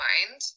Mind